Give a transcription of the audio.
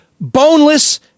boneless